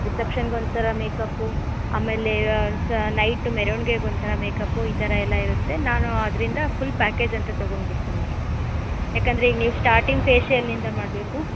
ರಿಸೆಪ್ಷನ್ಗೆ ಒಂಥರ ಮೇಕಪ್ಪು ಆಮೇಲೆ ಸ ನೈಟ್ ಮೆರವಣ್ಗೆಗೆ ಒಂಥರ ಮೇಕಪ್ಪು ಈ ಥರ ಎಲ್ಲ ಇರುತ್ತೆ ನಾನು ಆದ್ದರಿಂದ ಫುಲ್ ಪ್ಯಾಕೆಜ್ ಅಂತ ತಗೊಂಡು ಬಿಡ್ತೀನಿ ಮೇಡಮ್ ಯಾಕಂದರೆ ಈಗ ನೀವು ಸ್ಟಾರ್ಟಿಂಗ್ ಫೇಷಿಯಲಿಂದ ಮಾಡಬೇಕು